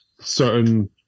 certain